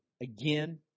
again